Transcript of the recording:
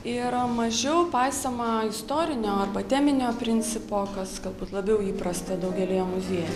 ir mažiau paisoma istorinio arba teminio principo kas galbūt labiau įprasta daugelyje muziejų